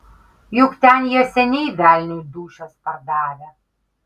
juk ten jie seniai velniui dūšias pardavę